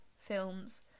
films